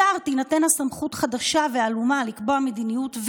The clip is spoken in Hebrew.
לשר תינתן סמכות חדשה ועלומה לקבוע מדיניות,